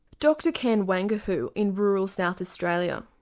dr ken wanguhu in rural south australia.